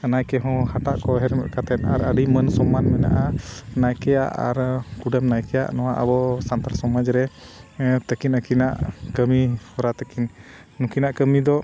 ᱱᱟᱭᱠᱮ ᱦᱚᱸ ᱦᱟᱴᱟᱜ ᱠᱚ ᱦᱮᱨᱢᱮᱫ ᱠᱟᱛᱮᱫ ᱟᱨ ᱟᱹᱰᱤ ᱢᱟᱹᱱ ᱥᱚᱢᱢᱟᱱ ᱢᱮᱱᱟᱜᱼᱟ ᱱᱟᱭᱠᱮᱭᱟᱜ ᱟᱨ ᱠᱩᱰᱟᱹᱢ ᱱᱟᱭᱠᱮᱭᱟᱜ ᱱᱚᱣᱟ ᱟᱵᱚ ᱥᱟᱱᱛᱟᱲ ᱥᱚᱢᱟᱡᱽ ᱨᱮ ᱛᱟᱹᱠᱤᱱ ᱟᱹᱠᱤᱱᱟᱜ ᱠᱟᱹᱢᱤ ᱦᱚᱨᱟ ᱛᱟᱹᱠᱤᱱ ᱱᱩᱠᱤᱱᱟᱜ ᱠᱟᱹᱢᱤ ᱫᱚ